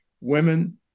women